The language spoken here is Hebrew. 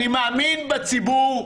אני מאמין בציבור.